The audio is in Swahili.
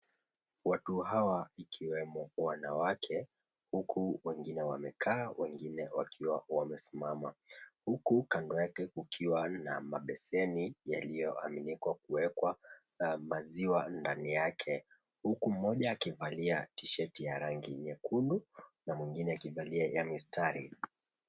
Watu hawa ikiwemo wanawake huku wengine wamekaa, wengine wakiwa wamesimama huku kando yake ukiwa na mabeseni yaliyoanikwa na kuwekwa maziwa ndani yake, huku mmoja akivalia tisheti ya rangi nyekundu na mwingine akivalia ya mistari.